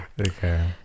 Okay